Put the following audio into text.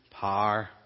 power